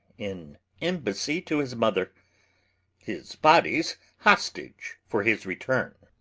in embassy to his mother his body's hostage for his return.